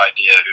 idea